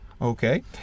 Okay